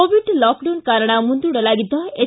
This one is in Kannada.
ಕೋವಿಡ್ ಲಾಕ್ಡೌನ್ ಕಾರಣ ಮುಂದೂಡಲಾಗಿದ್ದ ಎಸ್